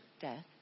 death